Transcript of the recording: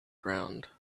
ground